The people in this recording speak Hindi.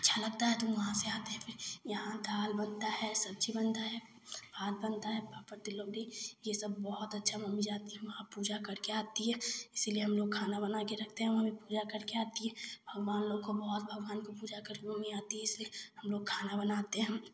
अच्छा लगता है तो वहाँ से आते हैं फिर यहाँ दाल बनता है सब्ज़ी बनता है भात बनता है पापड़ तिलौड़ी ये सब बहुत अच्छा मम्मी जाती है वहाँ पूजा कर के आती है इसीलिए हम लोग खाना बना कर रखते हैं मम्मी पूजा कर के आती है भगवान लोग को बहुत भगवान को पूजा कर के आती है इसलिए हम लोग खाना बनाते हैं